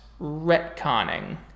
retconning